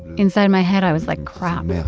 inside my head, i was like, crap.